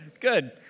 Good